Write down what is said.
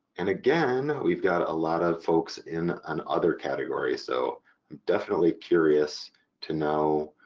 and again we've got a lot of folks in an other category so i'm definitely curious to know